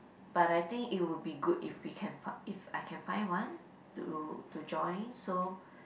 but I think it would be good if we can fi~ if I can find one to to join so